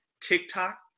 TikTok